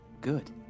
good